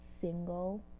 single